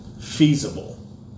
Feasible